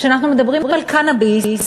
כשאנחנו מדברים על קנאביס,